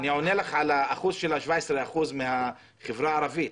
אני עונה לך על 17% מהחברה הערבית.